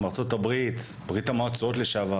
כמו ארצות הברית או ברית המועצות לשעבר